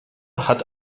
hat